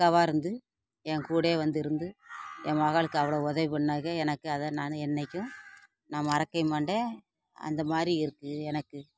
அக்காவா இருந்து என்கூடவே வந்து இருந்து ஏன் மகளுக்கு அவ்வளோ உதவி பண்ணாக எனக்கு அதை நான் என்றைக்கும் மறக்கவே மாட்டேன் இந்தமாதிரி இருக்குது எனக்கு